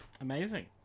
Amazing